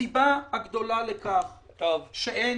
הסיבה הגדולה לכך שאין